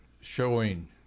showing